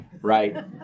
right